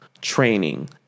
training